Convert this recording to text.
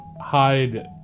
hide